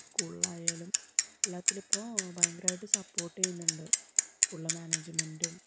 സ്കൂളിലായാലും എല്ലാത്തിലും ഇപ്പോൾ ഭയങ്കരമായിട്ട് സപ്പോർട്ട് ചെയ്യുന്നുണ്ട് സ്കൂളിലെ മാനേജ്മെൻറ്റും